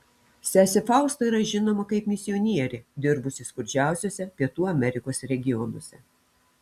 sesė fausta yra žinoma kaip misionierė dirbusi skurdžiausiuose pietų amerikos regionuose